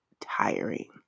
tiring